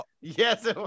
yes